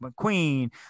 McQueen